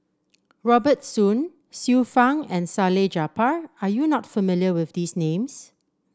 Robert Soon Xiu Fang and Salleh Japar are you not familiar with these names